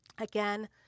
Again